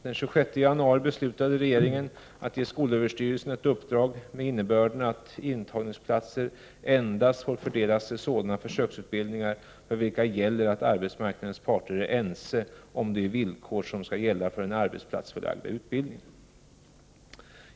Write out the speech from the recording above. Den 26 januari beslutade regeringen att ge skolöverstyrelsen ett uppdrag med innebörden att intagningsplatser endast får fördelas till sådana försöksutbildningar för vilka gäller att arbetsmarknadens parter är ense om de villkor som skall gälla för den arbetsplatsförlagda utbildningen.